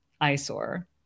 eyesore